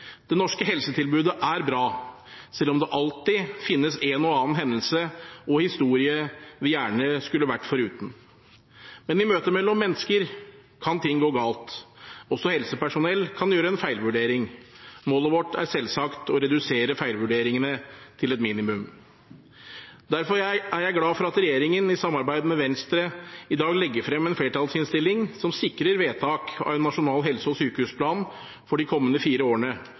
Det norske helsetilbudet er bra, selv om det alltid finnes en og annen hendelse og historie vi gjerne skulle vært foruten. Men i møtet mellom mennesker kan ting gå galt, også helsepersonell kan gjøre en feilvurdering. Målet vårt er selvsagt å redusere antall feilvurderinger til et minimum. Derfor er jeg glad for at regjeringspartiene, i samarbeid med Venstre, i dag står bak en flertallsinnstilling som sikrer vedtak av en nasjonal helse- og sykehusplan for de kommende fire årene,